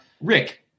Rick